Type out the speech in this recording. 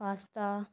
pasta